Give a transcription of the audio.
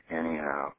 anyhow